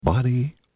Body